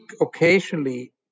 occasionally